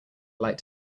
light